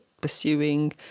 pursuing